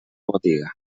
botiga